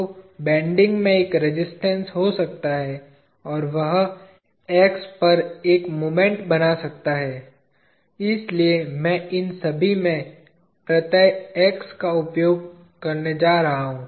तो बेन्डिंग में एक रेजिस्टेंस हो सकता है और वह X पर एक मोमेंट बना सकता है इसलिए मैं इन सभी में प्रत्यय X का उपयोग करने जा रहा हूं